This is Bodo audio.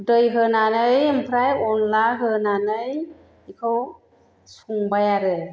दै होनानै आमफ्राय अन्ला होनानै बिखौ संबाय आरो